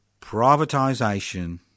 privatisation